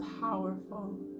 powerful